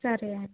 సరే అండి